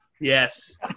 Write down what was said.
Yes